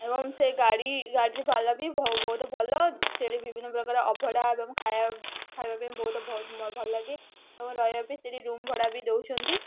ଏବଂ ସେ ଗାଡ଼ି ଗାଡ଼ି ପାଲା ବି ବହୁତ ଭଲ ସେଠି ବିଭିନ୍ନ ପ୍ରକାର ଅଭଡ଼ା ଏବଂ ଖାଇବା ଖାଇବା ପାଇଁ ବହୁତ ଭଲଲାଗେ ଏବଂ ରହିବା ପାଇଁ ସେଠି ରୁମ୍ ଭଡ଼ା ବି ଦେଉଛନ୍ତି